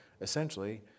essentially